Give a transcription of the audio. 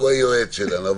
הוא היועץ שלנו.